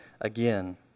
again